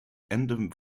and